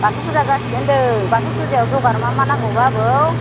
बाथौ फुजा जासिगोन होनदों बाथौ फुजायाव जगार मा मा नांगौबा आबौ